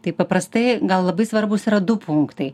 taip paprastai gal labai svarbūs yra du punktai